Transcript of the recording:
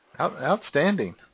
Outstanding